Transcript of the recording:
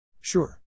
Sure